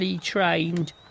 trained